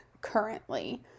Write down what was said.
currently